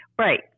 Right